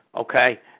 Okay